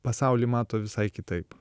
pasaulį mato visai kitaip